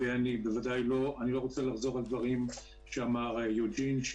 בלי לחזור על דברים שאמר יוג'ין,